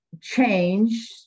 change